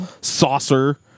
saucer